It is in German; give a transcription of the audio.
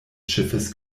schiffes